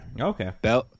Okay